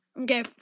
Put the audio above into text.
Okay